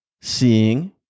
seeing